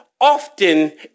often